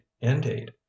indeed